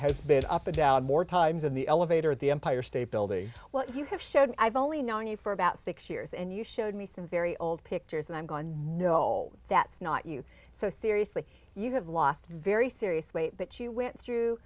has been up or down more times in the elevator at the empire state building what you have shown i've only known you for about six years and you showed me some very old pictures and i'm gone no that's not you so seriously you have lost very serious weight but you went through